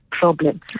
Problem